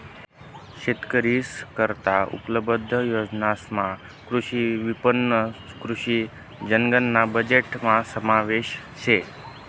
शेतकरीस करता उपलब्ध योजनासमा कृषी विपणन, कृषी जनगणना बजेटना समावेश शे